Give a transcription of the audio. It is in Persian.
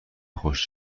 خوش